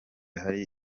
hari